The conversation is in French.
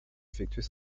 effectuer